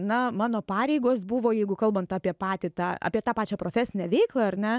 na mano pareigos buvo jeigu kalbant apie patį tą apie tą pačią profesinę veiklą ar ne